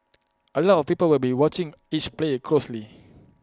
A lot of people will be watching each player closely